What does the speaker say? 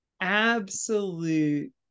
absolute